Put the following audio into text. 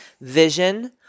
Vision